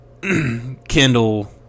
Kendall